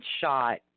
shot